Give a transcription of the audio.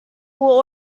will